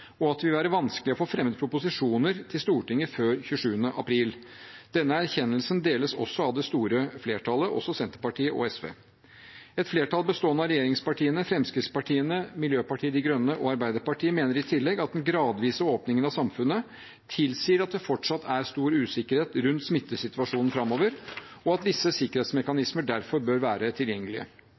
og det vil være vanskelig å få fremmet proposisjoner til Stortinget før 27. april. Denne erkjennelsen deles av det store flertallet, også Senterpartiet og SV. Et flertall bestående av regjeringspartiene, Fremskrittspartiet, Miljøpartiet De Grønne og Arbeiderpartiet mener i tillegg at den gradvise åpningen av samfunnet tilsier at det fortsatt er stor usikkerhet rundt smittesituasjonen framover, og at visse sikkerhetsmekanismer derfor bør være tilgjengelige.